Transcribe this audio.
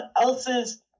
else's